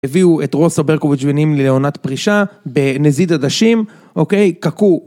הביאו את רוסה ברקוביץ' ונים ללאונת פרישה בנזיד הדשים, אוקיי? קקו.